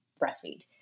breastfeed